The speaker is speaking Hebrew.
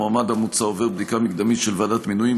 המועמד המוצע עובר בדיקה מקדמית של ועדת מינויים,